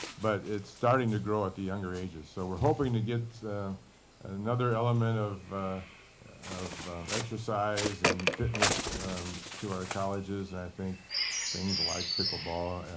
but it's starting to grow at the younger ages. so we're hoping to get another element of of exercise and fitness to our colleges. and i think things like pickle-ball,